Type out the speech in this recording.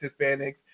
Hispanics